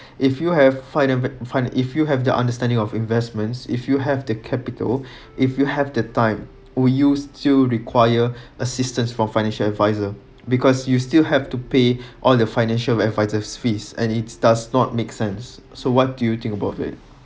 if you have fund~ fund~ if you have the understanding of investments if you have the capital if you have the time will you still require assistance from financial adviser because you still have to pay all the financial adviser’s fees and its does not make sense so what do you think about it